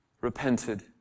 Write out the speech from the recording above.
repented